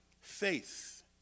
Faith